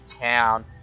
town